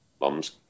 mums